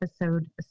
episode